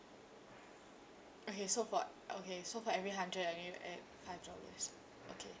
okay so for okay so for every hundred I need to add five dollars okay